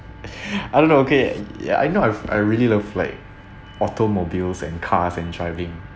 I don't know okay ya I know I've I really love like automobiles and cars and driving